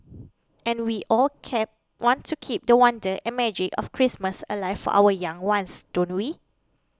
and we all kept want to keep the wonder and magic of Christmas alive for our young ones don't we